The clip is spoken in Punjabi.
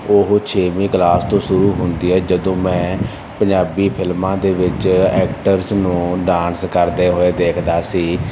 ਉਹ ਛੇਵੀਂ ਕਲਾਸ ਤੋਂ ਸ਼ੁਰੂ ਹੁੰਦੀ ਹੈ ਜਦੋਂ ਮੈਂ ਪੰਜਾਬੀ ਫਿਲਮਾਂ ਦੇ ਵਿੱਚ ਐਕਟਰਸ ਨੂੰ ਡਾਂਸ ਕਰਦੇ ਹੋਏ ਦੇਖਦਾ ਸੀ